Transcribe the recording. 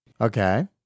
okay